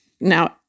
now